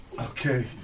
okay